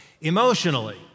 Emotionally